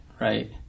right